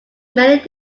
many